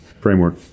framework